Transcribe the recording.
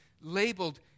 labeled